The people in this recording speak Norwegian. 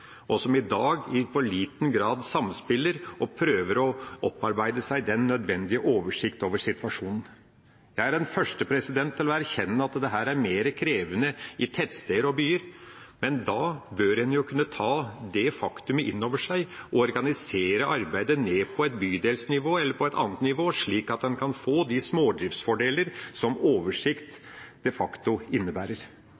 og som i dag i for liten grad samspiller, og at en prøver å opparbeide seg den nødvendige oversikt over situasjonen. Jeg er den første til å erkjenne at dette er mer krevende i tettsteder og i byer, men da bør en kunne ta det faktumet inn over seg og organisere arbeidet ned på et bydelsnivå, eller på et annet nivå, slik at en kan få de smådriftsfordeler som oversikt